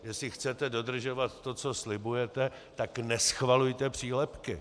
Jestli chcete dodržovat to, co slibujete, tak neschvalujte přílepky.